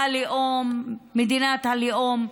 הלאום, מדינת הלאום,